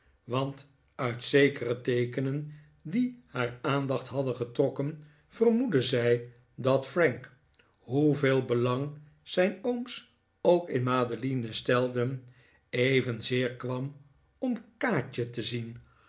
want uit zekere teekenen die haar aandacht hadden getrokken vermoedde zij dat frank hoeveel belang zijn ooms ook in madeline stelden evenzeer kwam om kaatje te zien